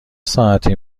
ساعتی